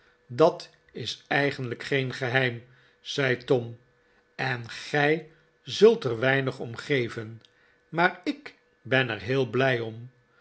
dat is eigenlijk geen geheim zei tom en gij zult er weinig om geven maar ik ben er heel blij om